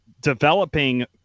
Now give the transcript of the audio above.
developing